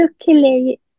luckily